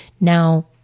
Now